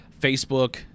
Facebook